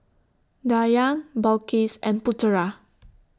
Dayang Balqis and Putera